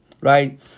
right